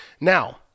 Now